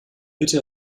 bitte